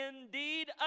indeed